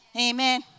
Amen